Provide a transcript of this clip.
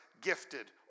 gifted